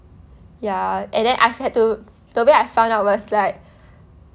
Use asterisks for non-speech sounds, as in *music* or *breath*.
ya and then I had to the way I found out was like *breath*